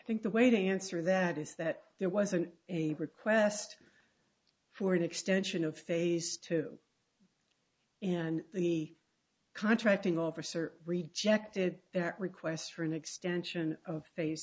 i think the way to answer that is that there wasn't a request for an extension of phase two and the contracting officer rejected that request for an extension of